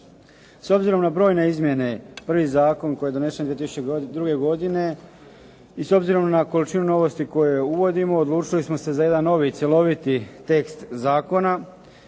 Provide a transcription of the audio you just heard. S obzirom na brojne izmjene prvi zakon koji je donesen 2002. godine i s obzirom na količinu novosti koju uvodimo odlučili smo se za jedan novi, cjeloviti tekst zakona.